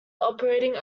operating